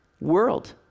world